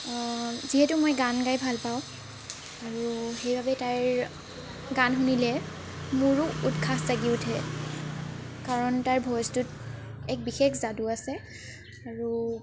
যিহেতু মই গান গাই ভাল পাওঁ আৰু সেইবাবে তাইৰ গান শুনিলে মোৰো উৎসাহ জাগি উঠে কাৰণ তাইৰ ভইচটোত এক বিশেষ যাদু আছে আৰু